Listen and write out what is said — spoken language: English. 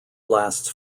lasts